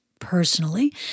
personally